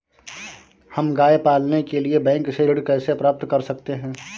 हम गाय पालने के लिए बैंक से ऋण कैसे प्राप्त कर सकते हैं?